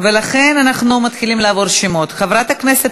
ועדת הפנים והגנת הסביבה.